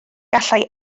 gallai